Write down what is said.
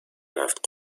رفت